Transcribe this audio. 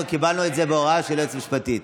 אנחנו קיבלנו את זה בהוראה של היועצת המשפטית.